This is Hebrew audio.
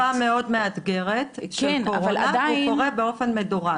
הוא קורה בתקופה מאוד מאתגרת של קורונה וקורה באופן מדורג.